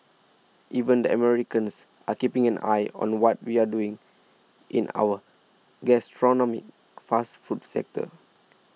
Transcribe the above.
even the Americans are keeping an eye on what we're doing in our gastronomic fast food sector